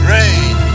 Rain